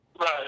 Right